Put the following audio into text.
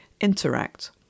Interact